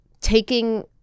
taking